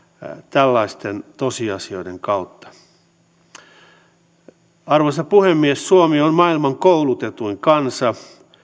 tällaisten tosiasioiden kautta arvoisa puhemies suomi on maailman koulutetuin kansa